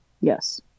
yes